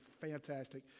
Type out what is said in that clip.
fantastic